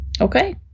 okay